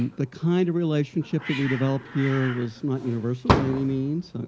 the kind of relationship that we developed here was not universal by any means.